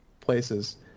places